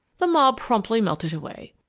the mob promptly melted away.